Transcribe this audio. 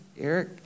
Eric